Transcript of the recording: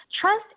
Trust